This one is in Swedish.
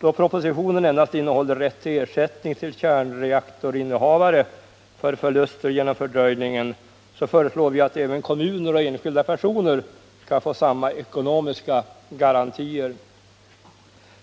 Då propositionen endast innehåller rätt till ersättning till kärnreaktorinnehavare för förluster genom fördröjningen, föreslår vi att även kommuner och enskilda personer skall få samma ekonomiska garantier.